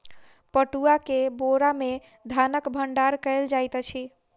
पटुआ के बोरा में धानक भण्डार कयल जाइत अछि